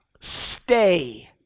stay